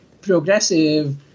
progressive